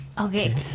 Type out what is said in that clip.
Okay